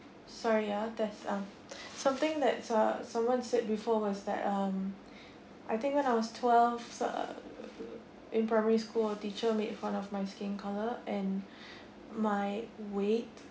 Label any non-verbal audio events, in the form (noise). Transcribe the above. sorry ah there's um (breath) something that someone said before was that um (breath) I think when I was twelve uh in primary school teacher made fun of my skin color and (breath) my weight